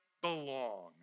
belong